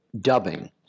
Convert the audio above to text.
dubbing